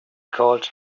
called